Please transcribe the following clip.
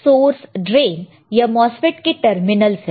gate source drain यह MOSFET के terminals है